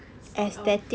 sort of